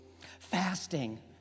Fasting